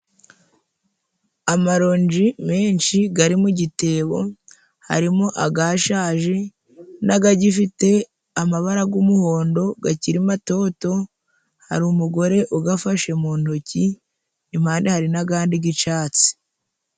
amaronji menshi gari mu gitebo harimo agashaje n'agagifite amabara g'umuhondo gakiri matoto hari umugore ugafashe mu ntoki impande hari n'agandi k'icatsi.